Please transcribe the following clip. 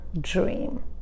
dream